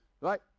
right